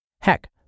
Heck